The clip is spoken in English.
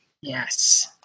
Yes